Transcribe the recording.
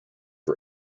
for